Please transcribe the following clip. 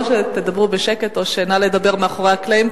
או שתדברו בשקט או מאחורי הקלעים,